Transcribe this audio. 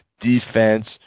defense